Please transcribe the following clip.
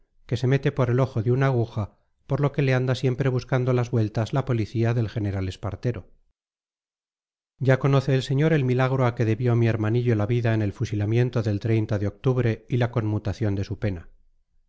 que se mete por el ojo de una aguja por lo que le anda siempre buscando las vueltas la policía del general espartero ya conoce el señor el milagro a que debió mi hermanillo la vida en el fusilamiento del de octubre y la conmutación de su pena